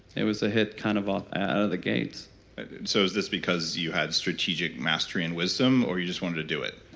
it was a hit kind of um out of the gates so is this because you had strategic mastery and wisdom? or you just wanted to do it?